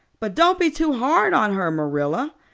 but don't be too hard on her, marilla.